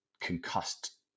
concussed